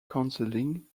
counseling